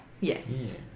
yes